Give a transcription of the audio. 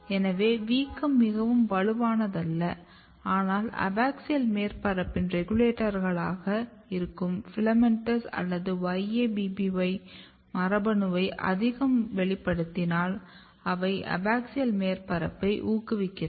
எனவே வீக்கம் மிகவும் வலுவானதல்ல ஆனால் அபாக்சியல் மேற்பரப்பின் ரெகுலேட்டர்களாக இருக்கும் FILAMENTOUS அல்லது YABBY மரபணுவை அதிகம் வெளிப்படுத்தினால் அவை அபாக்சியல் மேற்பரப்பை ஊக்குவிக்கிறது